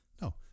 No